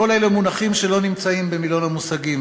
כל אלה מונחים שלא נמצאים במילון המושגים